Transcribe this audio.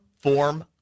form